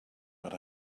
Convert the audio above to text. but